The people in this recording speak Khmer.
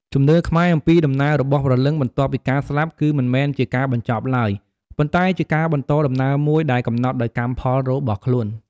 ជំនឿខ្មែរអំពីដំណើររបស់ព្រលឹងបន្ទាប់ពីការស្លាប់គឺមិនមែនជាការបញ្ចប់ឡើយ ប៉ុន្តែជាការបន្តដំណើរមួយដែលកំណត់ដោយកម្មផលរបស់ខ្លួន។